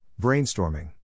Brainstorming